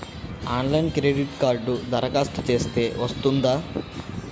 ఆన్లైన్లో క్రెడిట్ కార్డ్కి దరఖాస్తు చేస్తే వస్తుందా?